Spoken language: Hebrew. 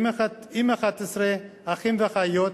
עם 11 אחים ואחיות,